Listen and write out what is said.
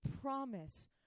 promise